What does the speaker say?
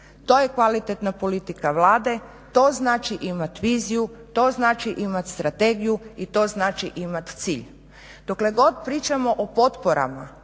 To je kvalitetna politika Vlade, to znači imati viziju, to znači imati strategiju i to znači imati cilj. Dokle god pričamo o potporama